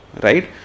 right